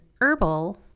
herbal